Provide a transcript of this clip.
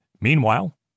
Meanwhile